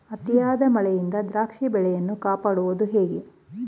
ಅತಿಯಾದ ಮಳೆಯಿಂದ ದ್ರಾಕ್ಷಿ ಬೆಳೆಯನ್ನು ಕಾಪಾಡುವುದು ಹೇಗೆ?